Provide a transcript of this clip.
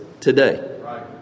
today